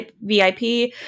vip